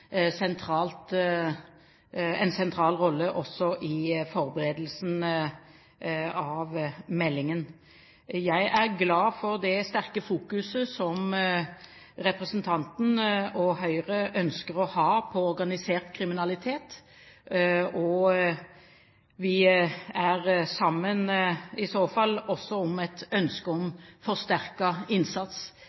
en sentral rolle også i forberedelsen av meldingen. Jeg er glad for det sterke fokuset som representanten og Høyre ønsker å ha på organisert kriminalitet. Vi står i så fall sammen også om et ønske om forsterket innsats.